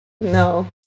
No